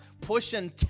pushing